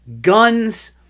guns